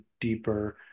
deeper